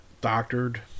doctored